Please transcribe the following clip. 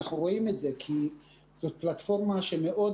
כי זאת פלטפורמה שאנחנו